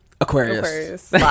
Aquarius